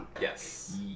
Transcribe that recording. Yes